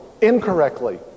incorrectly